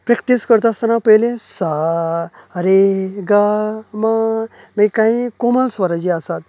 practice करतास्ताना पयली सा रे गा मा मागीर काय कोमल स्वर जे आसात